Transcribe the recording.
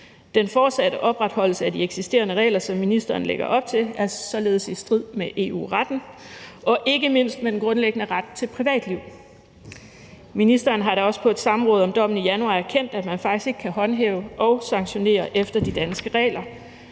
Den fortsatte opretholdelse af de eksisterende regler, som ministeren lægger op til, er således i strid med EU-retten og er ikke mindst i strid med den grundlæggende ret til privatliv. Ministeren har da også på et samråd om dommen i januar erkendt, at man faktisk ikke kan håndhæve og sanktionere efter de danske regler,